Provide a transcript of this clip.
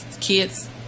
kids